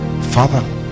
Father